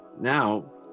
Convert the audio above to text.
Now